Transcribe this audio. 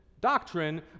doctrine